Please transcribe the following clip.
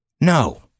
no